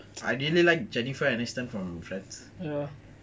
I didn't like jennifer aniston from friends